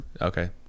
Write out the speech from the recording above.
Okay